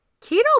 keto